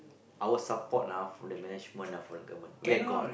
our support ah from the management ah from the government where got